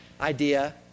idea